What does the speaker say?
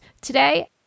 today